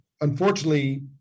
Unfortunately